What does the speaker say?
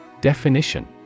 Definition